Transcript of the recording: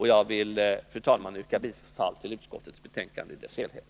Jag vill, fru talman, yrka bifall till utskottets hemställan i dess helhet.